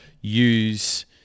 use